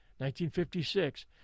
1956